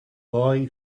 boy